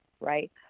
right